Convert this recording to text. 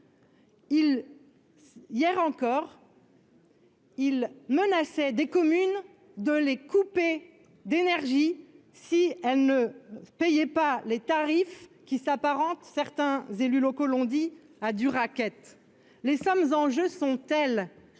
hier encore. Il menaçait des communes de les couper, d'énergie, si elle ne payait pas les tarifs qui s'apparente, certains élus locaux l'ont dit à du raquette les sommes en jeu sont telles